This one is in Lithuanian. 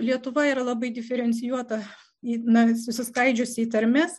lietuva ir labai diferencijuota na susiskaidžiusi į tarmes